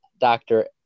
doctor